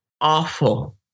awful